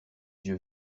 yeux